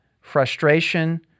frustration